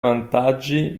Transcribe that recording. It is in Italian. vantaggi